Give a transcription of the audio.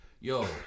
yo